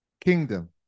kingdom